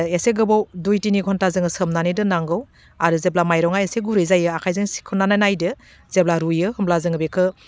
एसे गोबाव दुइ टिनि घन्टा जोङो सोमनानै दोन्नांगौ आरो जेब्ला माइरङा एसे गुरै आखाइजों सिख'न्नानै नायदो जेब्ला रुइयो होमबा जोङो बेखौ